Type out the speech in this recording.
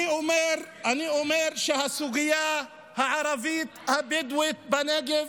אני אומר שהסוגיה הערבית-בדואית בנגב